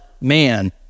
man